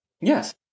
Yes